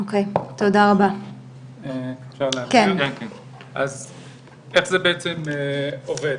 אז איך זה בעצם עובד,